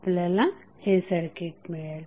आपल्याला हे सर्किट मिळेल